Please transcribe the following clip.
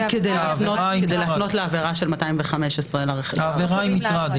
כדי להפנות לעבירה של 215. העבירה היא מטרד,